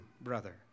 brother